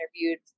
interviewed